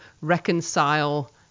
reconcile